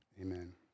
amen